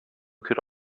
could